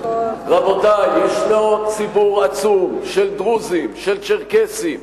רבותי, יש ציבור עצום של דרוזים, של צ'רקסים,